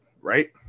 right